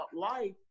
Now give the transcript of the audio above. life